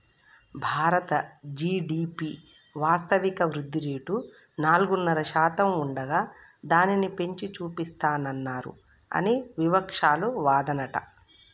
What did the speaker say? భారత జి.డి.పి వాస్తవిక వృద్ధిరేటు నాలుగున్నర శాతం ఉండగా దానిని పెంచి చూపిస్తానన్నారు అని వివక్షాలు వాదనట